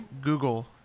Google